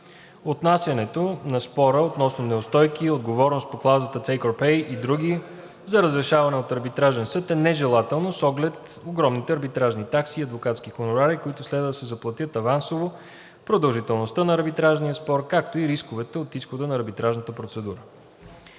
Отнасянето на спора (относно неустойки, отговорност по клаузата take or pay и други) за разрешаване от Арбитражен съд е нежелателно с оглед огромните арбитражни такси и адвокатски хонорари, които следва да се заплатят авансово, продължителността на арбитражния спор, както и рисковете от изхода на арбитражната процедура.